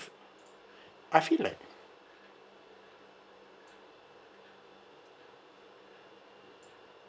I feel like